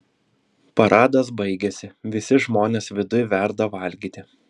paradas baigėsi visi žmonės viduj verda valgyti